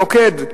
מוקד.